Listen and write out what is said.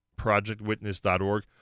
ProjectWitness.org